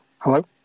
Hello